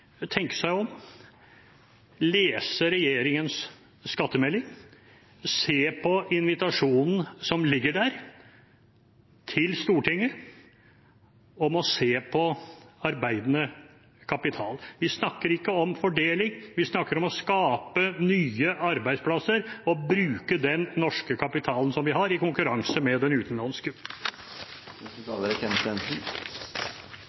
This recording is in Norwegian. tenke seg om, lese regjeringens skattemelding og se på invitasjonen som ligger der til Stortinget om å se på arbeidende kapital. Vi snakker ikke om fordeling. Vi snakker om å skape nye arbeidsplasser og bruke den norske kapitalen som vi har, i konkurranse med den utenlandske. Selv om det tydeligvis er